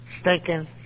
stinking